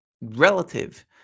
relative